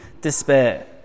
despair